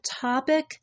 topic